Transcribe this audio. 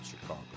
Chicago